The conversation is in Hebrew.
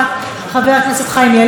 חבר הכנסת חיים ילין,